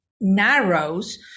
narrows